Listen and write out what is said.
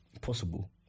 Possible